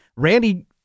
Randy